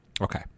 Okay